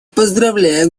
поздравляю